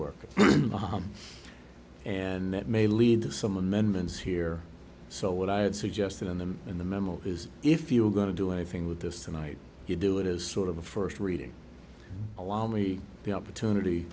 work and that may lead to some amendments here so what i had suggested in them in the memo is if you are going to do anything with this tonight you do it is sort of a first reading allow me the opportunity